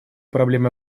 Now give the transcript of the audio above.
проблемы